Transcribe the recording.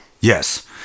Yes